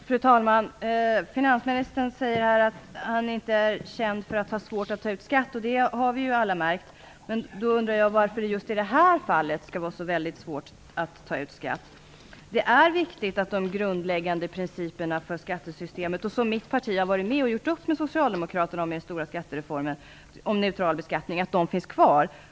Fru talman! Finansministern säger att han inte är känd för att ha svårt att ta ut skatt, och det har vi alla märkt. Jag undrar varför det just i det här fallet skall vara så svårt att ta ut skatt. Det är viktigt att de grundläggande principerna för skattesystemet - som mitt parti har varit med och gjort upp med Socialdemokraterna om i den stora skattereformen om neutral beskattning - finns kvar.